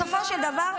בסופו של דבר,